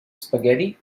spaghetti